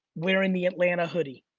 wearing the atlanta hoodie.